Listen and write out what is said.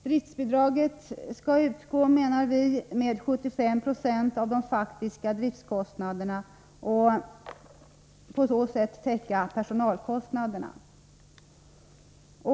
Driftsbidraget skall utgå, menar vpk, med 75 96 av de faktiska driftskostnaderna och på så sätt täcka personalkostnaderna.